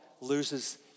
loses